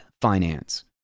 finance